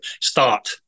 Start